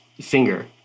finger